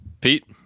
pete